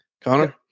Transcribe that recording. Connor